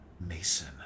Mason